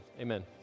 amen